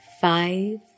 five